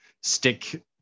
stick